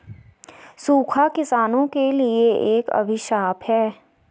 सूखा किसानों के लिए एक अभिशाप है